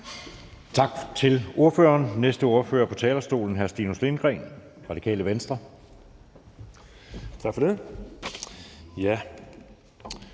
Tak til ordføreren. Næste ordfører på talerstolen er hr. Stinus Lindgreen, Radikale Venstre. Kl.